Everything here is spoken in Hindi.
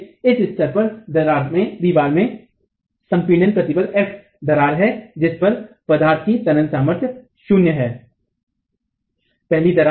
इसलिए इस स्तर पर दीवार में संपीड़ित प्रतिबल f दरार है जिस पर पदार्थ की तनन सामर्थ्य 0 शून्य है